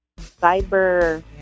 Cyber